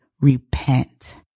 repent